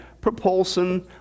Propulsion